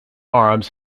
arms